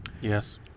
Yes